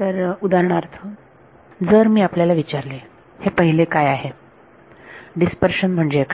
तर उदाहरणार्थ जर मी आपल्याला विचारले हे पहिले काय आहे डिस्पर्शन म्हणजे काय